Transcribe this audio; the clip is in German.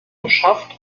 beschafft